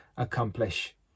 accomplish